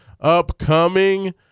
upcoming